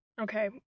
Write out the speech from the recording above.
Okay